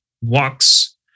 walks